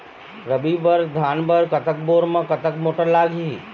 रबी बर धान बर कतक बोर म कतक मोटर लागिही?